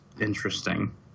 interesting